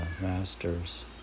master's